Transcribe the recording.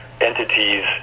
entities